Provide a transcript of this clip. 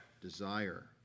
desire